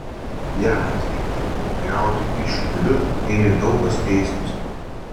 jam atvykus mokytojauti į šiupylius ėmė daug kas keistis